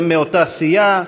הם מאותה סיעה,